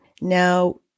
Now